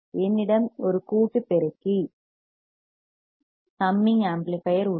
என்னிடம் ஒரு கூட்டு பெருக்கி சம்மிங் ஆம்ப்ளிபையர் உள்ளது